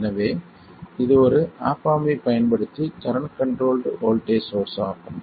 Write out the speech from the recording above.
எனவே இது ஒரு ஆப் ஆம்ப் ஐப் பயன்படுத்தி கரண்ட் கண்ட்ரோல்ட் வோல்ட்டேஜ் சோர்ஸ் ஆகும்